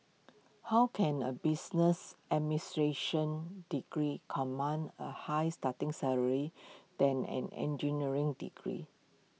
how can A business administration degree command A higher starting salary than an engineering degree